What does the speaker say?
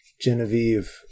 Genevieve